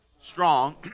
Strong